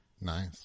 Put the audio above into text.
Nice